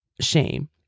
shame